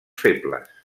febles